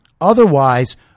otherwise